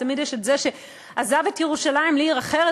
ותמיד יש זה שעזב את ירושלים לעיר אחרת,